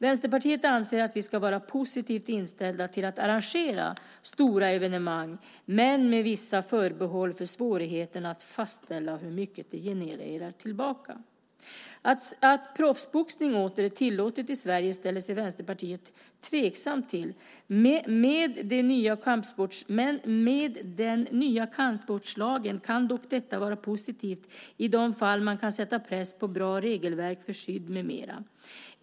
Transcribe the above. Vänsterpartiet anser att vi ska vara positivt inställda till att arrangera stora evenemang men med vissa förbehåll för svårigheterna att fastställa hur mycket det genererar tillbaka. Att proffsboxning åter är tillåtet i Sverige ställer sig Vänsterpartiet tveksamt till. Med den nya kampsportslagen kan detta dock vara positivt i de fall som man kan sätta press på bra regelverk för skydd med mera.